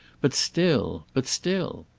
but still, but still!